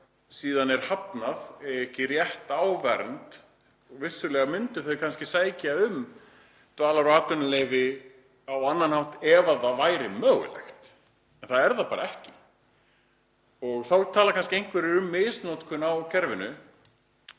síðan er hafnað, eiga ekki rétt á vernd. Vissulega myndu þau kannski sækja um dvalar- og atvinnuleyfi á annan hátt ef það væri mögulegt. En það er það ekki. Þá tala einhverjir um misnotkun á kerfinu,